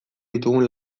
ditugun